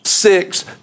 Six